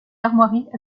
armoiries